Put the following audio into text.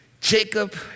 Jacob